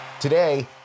Today